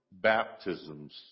baptisms